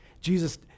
Jesus